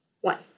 One